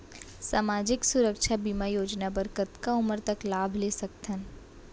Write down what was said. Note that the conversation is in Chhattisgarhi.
सामाजिक सुरक्षा बीमा योजना बर कतका उमर तक लाभ ले सकथन?